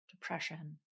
depression